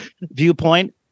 viewpoint